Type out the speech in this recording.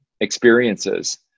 experiences